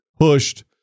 Pushed